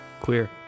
Queer